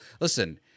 listen